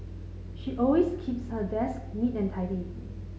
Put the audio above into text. she always keeps her desk neat and tidy